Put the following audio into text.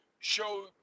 show